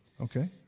Okay